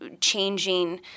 changing